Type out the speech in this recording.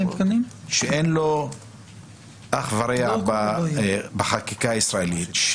חוק שאין לו אח ורע בחקיקה הישראלית.